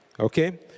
Okay